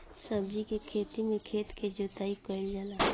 सब्जी के खेती में खेत के जोताई कईल जाला